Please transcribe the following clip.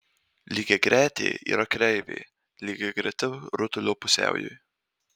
lygiagretė yra kreivė lygiagreti rutulio pusiaujui